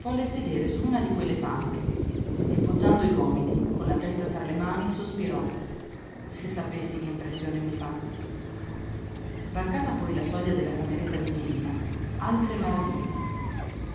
volle sedere su una di quelle panche e poggiando i gomiti con la testa tra le mani sospirò se sapessi che impressione mi fa varcata poi la soglia della cameretta di mirina altre maraviglie